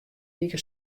wike